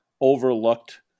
overlooked